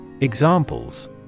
Examples